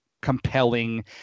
compelling